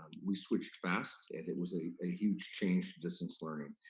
we switched fast, and it was a a huge change to distance learning.